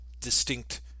distinct